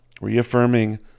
reaffirming